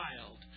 child